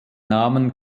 namen